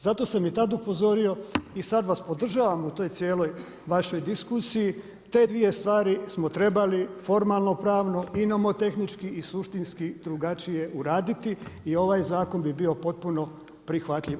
Zato sam i tad upozorio i sad vas podržavam u toj cijeloj vašoj diskusiji, te dvije stvari smo trebali formalno-pravno i novo-tehnički i suštinski drugačije uraditi i ovaj zakon bi bio potpuno prihvatljiv.